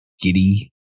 Giddy